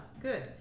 good